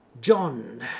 john